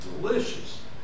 delicious